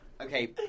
Okay